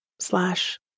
Slash